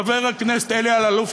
חבר הכנסת אלי אלאלוף,